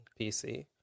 PC